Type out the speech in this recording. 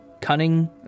cunning